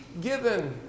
given